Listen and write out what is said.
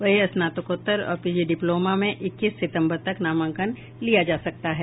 वहीं स्नातकोत्तर और पीजी डिप्लोमा में इक्कीस सितम्बर तक नामांकन लिया जा सकता है